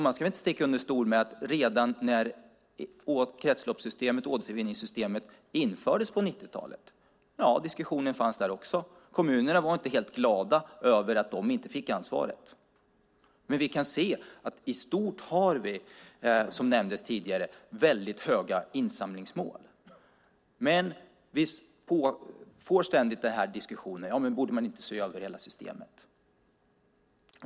Man ska väl inte sticka under stol med att diskussionen fanns redan när kretsloppssystemet och återvinningssystemet infördes på 90-talet. Kommunerna var inte helt glada över att de inte fick ansvaret. Men i stort har vi väldigt höga insamlingsmål. Vi får dock ständigt den här diskussionen: Borde man inte se över hela systemet?